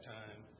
time